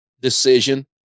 decision